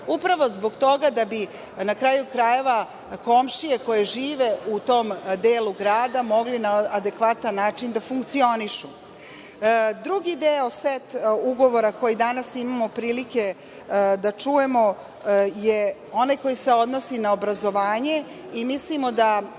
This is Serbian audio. upravo zbog toga da bi komšije koje žive u tom delu grada mogli na adekvatan način da funkcionišu. Drugi deo ugovora koji danas imamo prilike da čujemo je onaj koji se odnosi na obrazovanje. Mislimo da